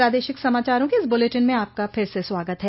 प्रादेशिक समाचारों के इस बुलेटिन में आपका फिर से स्वागत है